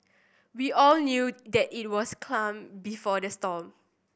we all knew that it was calm before the storm